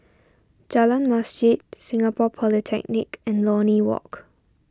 Jalan Masjid Singapore Polytechnic and Lornie Walk